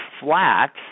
flat